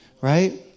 right